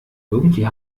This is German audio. irgendwie